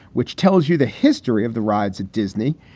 which tells you the history of the rides at disney.